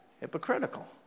Hypocritical